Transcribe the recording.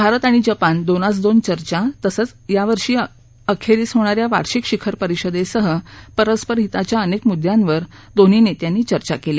भारत आणि जपान दोनास दोन चर्चा तसंच यावर्षी अखेरी होणा या वार्षिक शिखर परिषदेसह परस्पर हिताच्या अनेक मुद्यांवर दोन्ही नेत्यांनी चर्चा केली